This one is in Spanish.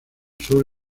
sur